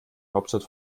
hauptstadt